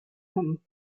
him